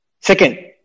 Second